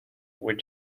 were